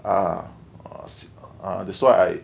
ah uh that's why I